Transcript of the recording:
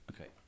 Okay